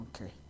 Okay